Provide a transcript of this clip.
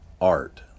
art